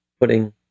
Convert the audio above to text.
putting